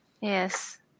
Yes